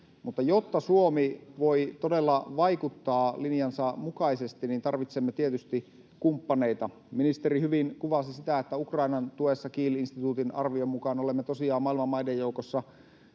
jotta Suomi voi todella vaikuttaa linjansa mukaisesti, tarvitsemme tietysti kumppaneita. Ministeri hyvin kuvasi sitä, että Ukrainan tuessa Kiel-instituutin arvion mukaan olemme tosiaan maailman maiden joukossa viidenneksi